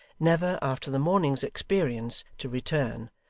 never, after the morning's experience, to return,